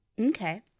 Okay